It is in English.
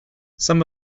some